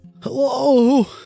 Hello